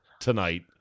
tonight